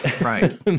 Right